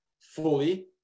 fully